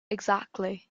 exactly